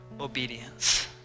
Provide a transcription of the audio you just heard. obedience